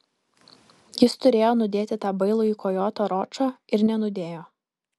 jis turėjo nudėti tą bailųjį kojotą ročą ir nenudėjo